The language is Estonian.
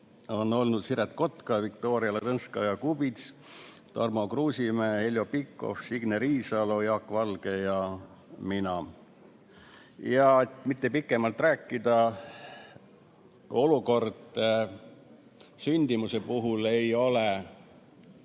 on olnud Siret Kotka, Viktoria Ladõnskaja-Kubits, Tarmo Kruusimäe, Heljo Pikhof, Signe Riisalo, Jaak Valge ja mina. Et mitte pikemalt rääkida, ütlen, et olukord sündimusega ei ole